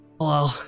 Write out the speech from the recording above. Hello